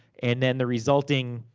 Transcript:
and then, the resulting.